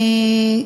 אני,